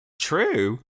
true